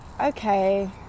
Okay